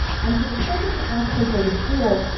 and so the children who actually go to school,